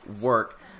work